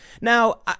Now